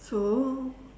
so